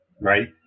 Right